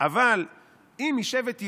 אבל אם "משבט יהודה,